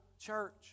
church